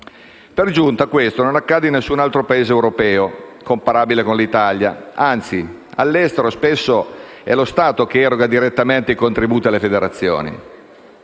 Per giunta questo non accade in alcun altro Paese europeo comparabile con l'Italia. Anzi, all'estero spesso è lo Stato che eroga direttamente i contributi alle federazioni.